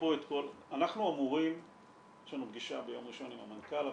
יש לנו פגישה ביום ראשון עם המנכ"ל,